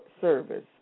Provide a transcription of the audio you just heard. service